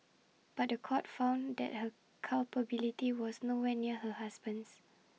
but The Court found that her culpability was nowhere near her husband's